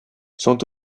sont